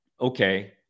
okay